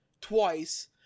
twice